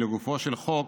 לגופו של חוק,